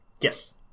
Yes